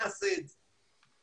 נעשה את זה.